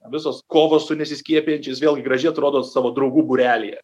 visos kovos su nesiskiepijančiais vėlgi gražiai atrodo savo draugų būrelyje